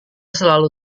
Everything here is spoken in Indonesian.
selalu